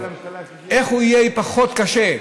איך הוא יהיה פחות קשה,